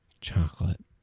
chocolate